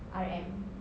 R_M